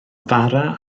fara